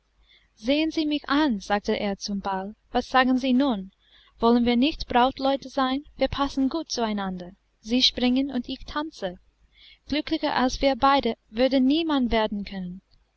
sehen sie mich an sagte er zum ball was sagen sie nun wollen wir nun nicht brautleute sein wir passen gut zu einander sie springen und ich tanze glücklicher als wir beide würde niemand werden können